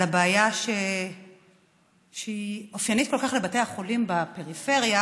על הבעיה שאופיינית כל כך לבתי החולים בפריפריה,